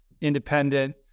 independent